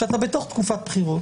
כשאתה בתוך תעמולת בחירות